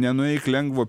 nenueik lengvo